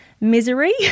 misery